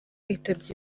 yitabye